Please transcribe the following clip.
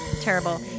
terrible